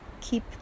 keep